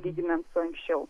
lyginant su anksčiau